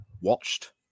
watched